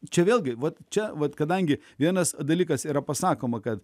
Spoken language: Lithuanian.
čia vėlgi vat čia vat kadangi vienas dalykas yra pasakoma kad